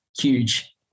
huge